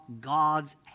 God's